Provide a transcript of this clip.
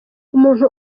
umuntu